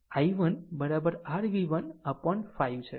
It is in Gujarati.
આમ i1 r v1 upon 5 છે